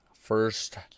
first